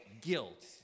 guilt